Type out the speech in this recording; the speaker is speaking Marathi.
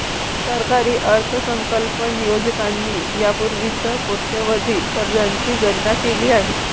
सरकारी अर्थसंकल्प नियोजकांनी यापूर्वीच कोट्यवधी कर्जांची गणना केली आहे